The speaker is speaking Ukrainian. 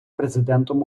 президентом